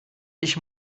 ich